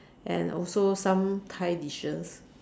and also some Thai dishes